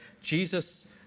Jesus